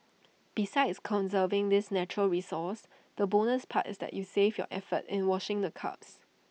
besides conserving this natural resource the bonus part is that you save your effort in washing the cups